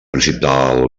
principal